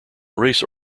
race